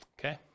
okay